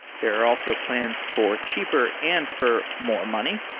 there are also plans for cheaper and for more money.